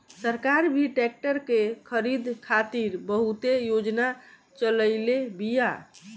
सरकार भी ट्रेक्टर के खरीद खातिर बहुते योजना चलईले बिया